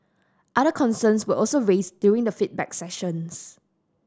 other concerns were also raised during the feedback sessions